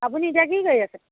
আপুনি এতিয়া কি কৰি আছে